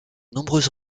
nombreuses